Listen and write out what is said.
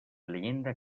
leyenda